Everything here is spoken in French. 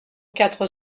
quatre